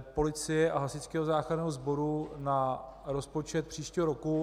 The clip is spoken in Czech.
policie a Hasičského záchranného sboru na rozpočet příštího roku.